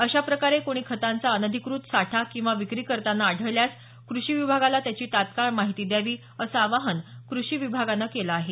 अशा प्रकारे कोणी खतांचा अनधिकृत साठा किंवा व्रिकी करताना आढळल्यास कृषी विभागाला त्याची तत्काळ माहिती द्यावी असं आवाहन कृषी विभागानं केलं आहे